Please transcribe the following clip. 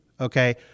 Okay